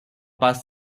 bus